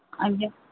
ଆଜ୍ଞା